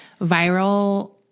Viral